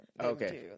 okay